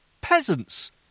peasants